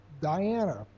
Diana